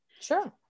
Sure